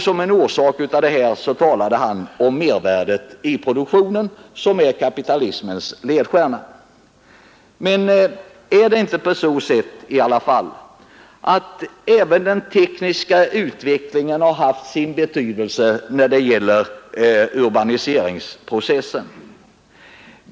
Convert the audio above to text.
Som en orsak till detta nämnde han mervärdet i produktionen som en kapitalismens ledstjärna. Men är det inte på så sätt i alla fall att även den tekniska utvecklingen har haft sin betydelse när det gäller urbaniseringsprocessen?